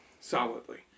solidly